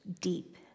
deep